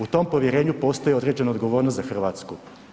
U tom povjerenju postoji određena odgovornost za Hrvatsku.